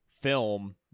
film